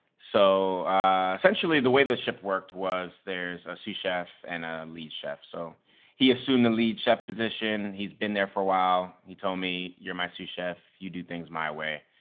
so essentially the way the ship worked was there's a sous chef and ah lead chef. so he assumed the lead chef position, he's been there for a while. he told me, you're my sea chef, you do things my way.